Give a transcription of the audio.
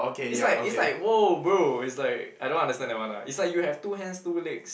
it's like it's like !wow! bro it's like I don't understand that one lah it's like you have two hands two legs